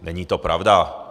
Není to pravda.